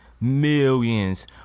millions